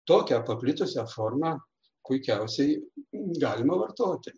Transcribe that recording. tokią paplitusią formą puikiausiai galima vartoti